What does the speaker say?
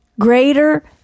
greater